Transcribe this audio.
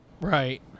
Right